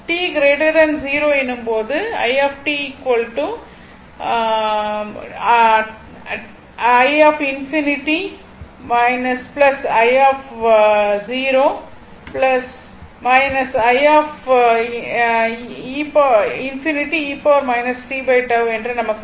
t 0 எனும் போது iஎன்று நமக்கு தெரியும்